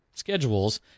Schedules